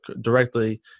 directly